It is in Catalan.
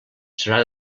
serà